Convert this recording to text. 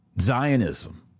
Zionism